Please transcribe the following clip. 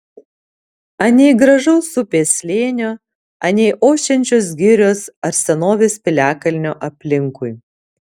anei gražaus upės slėnio anei ošiančios girios ar senovės piliakalnio aplinkui